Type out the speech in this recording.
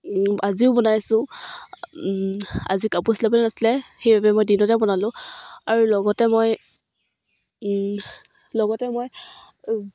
আজিও বনাইছোঁ আজি কাপোৰ চিলাবলৈ নাছিলে সেইবাবে মই দিনতে বনালোঁ আৰু লগতে মই লগতে মই